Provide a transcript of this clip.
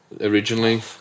originally